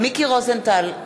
מיקי רוזנטל,